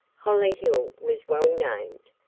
hollyhill was well named.